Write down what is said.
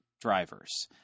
drivers